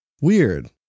weird